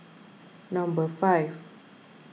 number five